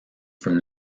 from